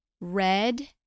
red